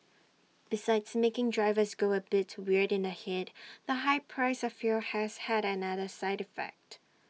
besides making drivers go A bit weird in the Head the high price of fuel has had another side effect